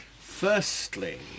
Firstly